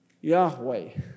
Yahweh